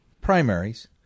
primaries